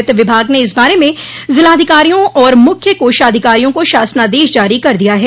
वित्त विभाग ने इस बारे में जिलाधिकारियों और मुख्य कोषाधिकारियों को शासनादेश जारी कर दिया है